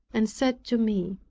and said to me,